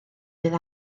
bydd